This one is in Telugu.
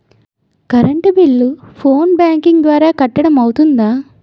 కరెంట్ బిల్లు ఫోన్ బ్యాంకింగ్ ద్వారా కట్టడం అవ్తుందా?